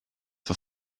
for